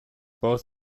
both